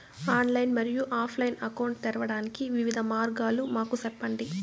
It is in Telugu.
ఆన్లైన్ మరియు ఆఫ్ లైను అకౌంట్ తెరవడానికి వివిధ మార్గాలు మాకు సెప్పండి?